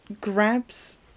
grabs